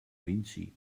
vinci